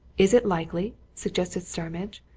is it likely? suggested starmidge.